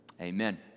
amen